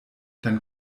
dann